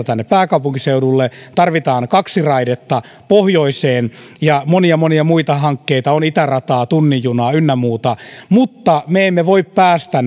tänne pääkaupunkiseudulle tarvitaan kaksi raidetta pohjoiseen ja monia monia muita hankkeita on itärataa tunnin junaa ynnä muuta mutta me emme voi päästä